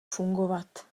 fungovat